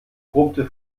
brummte